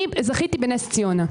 אני זכיתי בנס-ציונה.